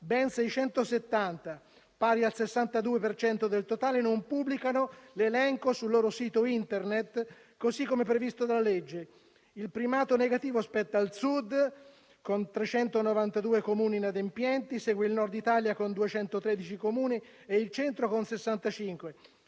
ben 670, pari al 62 per cento del totale, non pubblicano l'elenco sul loro sito Internet, così come previsto dalla legge. Il primato negativo spetta al Sud, con 392 Comuni inadempienti; segue il Nord Italia con 213 Comuni e il Centro con 65.